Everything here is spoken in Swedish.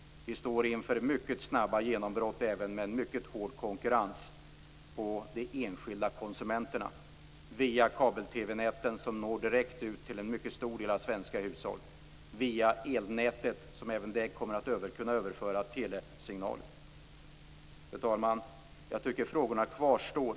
Vi står inför mycket snabba genombrott även med en mycket hård konkurrens om de enskilda konsumenterna - via kabel-TV-näten, som når direkt ut till en mycket stor del av svenska hushåll, och via elnätet, som även det kommer att kunna överföra telesignaler. Fru talman! Jag tycker att frågorna kvarstår.